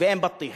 ואין בטיח.